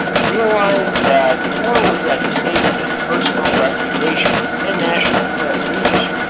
realized that more was at stake than personal reputation and national prestige.